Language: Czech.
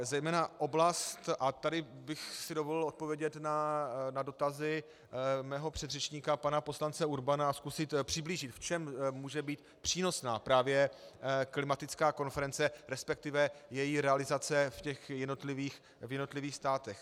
Zejména oblast a tady bych si dovolil odpovědět na dotazy svého předřečníka pana poslance Urbana a zkusit přiblížit, v čem může být přínosná právě klimatická konference, respektive její realizace v těch jednotlivých státech.